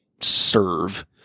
serve